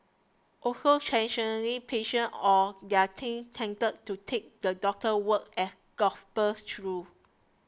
also traditionally patients or their kin tended to take the doctor's word as gospel truth